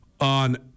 on